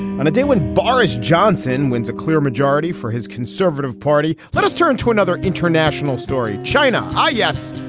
on a day when boris johnson wins a clear majority for his conservative party, let us turn to another international story. china, hi. yes,